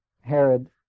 Herod